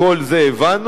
כל זה הבנו,